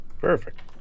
Perfect